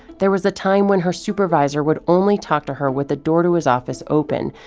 there was the time when her supervisor would only talk to her with the door to his office open,